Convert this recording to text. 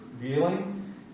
revealing